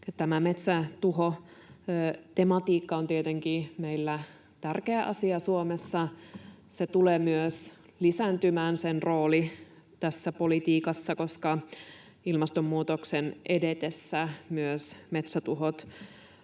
Tämä metsätuhotematiikka on tietenkin meillä tärkeä asia Suomessa. Sen rooli tulee myös lisääntymään politiikassa, koska ilmastonmuutoksen edetessä myös metsätuhot